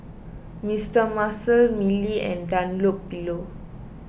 Mister Muscle Mili and Dunlopillo